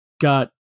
got